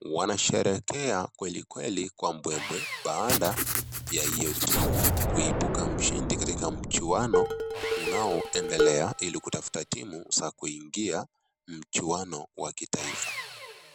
wanasherehekea kweli kweli kwa mbwembwe baada yahiyo timu kuibuka mshindi katika mchuano unaoendelea ili kutafuta timu za kuingia mchuano wa kitaifa.